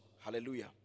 Hallelujah